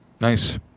Nice